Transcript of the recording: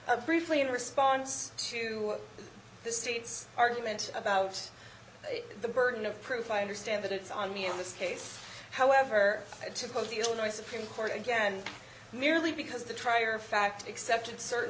you briefly in response to the state's argument about the burden of proof i understand that it's on me in this case however to close the illinois supreme court again merely because the trier of fact except in certain